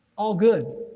all good.